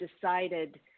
decided